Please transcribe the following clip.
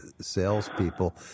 salespeople